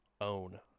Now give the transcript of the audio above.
own